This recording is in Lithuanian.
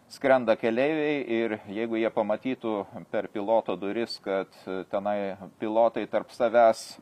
skrenda keleiviai ir jeigu jie pamatytų per piloto duris kad tenai pilotai tarp savęs